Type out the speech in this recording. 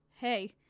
hey